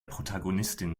protagonistin